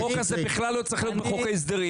החוק הזה בכלל לא צריך להיות בחוק ההסדרים,